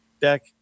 deck